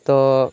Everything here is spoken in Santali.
ᱛᱚ